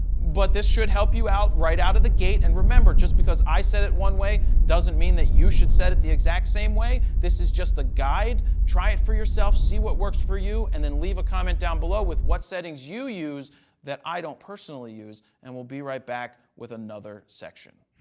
but this should help you out right out of the gate and remember just because i said it one way doesn't mean that you should set it the exact same way. this is just a guide. try it for yourself. see what works for you and then leave a comment down below with what settings you use that i don't personally use and we'll be right back with another section.